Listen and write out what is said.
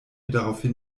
daraufhin